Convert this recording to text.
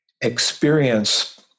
experience